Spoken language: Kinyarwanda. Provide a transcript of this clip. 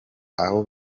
aho